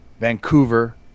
Vancouver